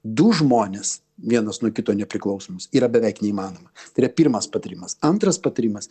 du žmones vienas nuo kito nepriklausomus yra beveik neįmanoma tai yra pirmas patarimas antras patarimas